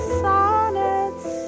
sonnets